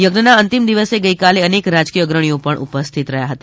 યજ્ઞના અંતિમ દિવસે ગઈકાલે અનેક રાજકીય અગ્રણીઓ પણ ઉપસ્થિત રહ્યા હતા